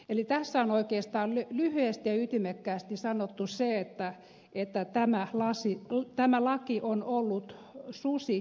eli tässä on oikeastaan lyhyesti ja ytimekkäästi sanottu se että tämä laki on ollut susi syntyessään